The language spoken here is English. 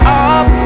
up